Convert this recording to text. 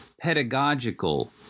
pedagogical